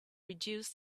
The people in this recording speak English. reduce